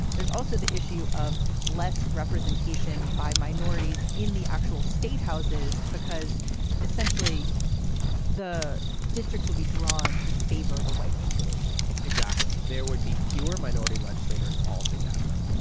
there's also the issue of less representation by minorities in the actual statehouses, because essentially the districts will be drawn to favor the white population exactly. there would be fewer minority legislators altogether.